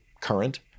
current